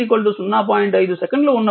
5 సెకన్లు ఉన్నప్పుడు vt0